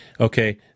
Okay